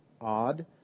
odd